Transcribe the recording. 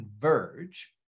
converge